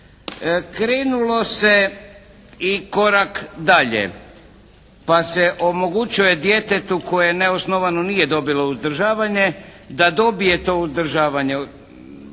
Krenulo se i korak dalje, pa se omogućuje djetetu koje neosnovano nije dobilo uzdržavanje da dobije to uzdržavanje